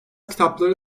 kitapları